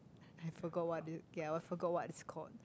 I forgot what did ya I forgot what it's called